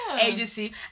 agency